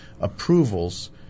approvals